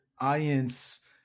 audience